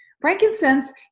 Frankincense